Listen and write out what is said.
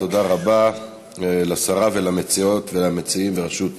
תודה רבה לשרה ולמציעות ולמציעים בראשות